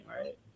right